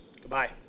Goodbye